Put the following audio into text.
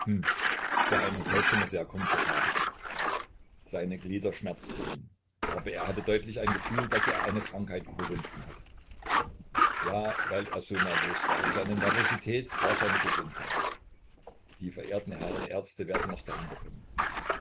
für ein hotelzimmer sehr komfortabel seine glieder schmerzten ihn aber er hatte deutlich ein gefühl daß er eine krankheit überwunden hatte ja weil er so nervös war und seine nervosität war seine gesundheit die verehrten herren ärzte werden noch